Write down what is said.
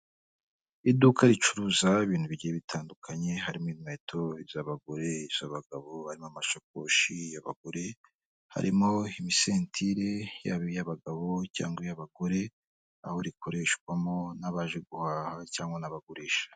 Iduka ricuruza ibintu bigiye bitandukanye, harimo inkweto z'abagore, iz'abagabo, harimo amashakoshi y'abagore, harimo imisentire y'abagabo cyangwa iy'abagore, aho rikoreshwamo n'abaje guhaha cyangwa n'abagurisha.